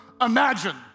imagine